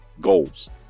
goals